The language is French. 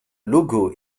logo